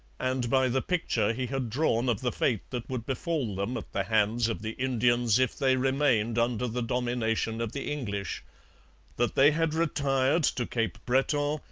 and by the picture he had drawn of the fate that would befall them at the hands of the indians if they remained under the domination of the english that they had retired to cape breton,